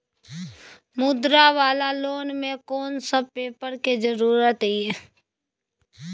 मुद्रा वाला लोन म कोन सब पेपर के जरूरत इ?